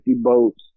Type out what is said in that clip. boats